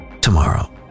tomorrow